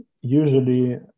usually